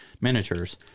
miniatures